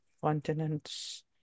continents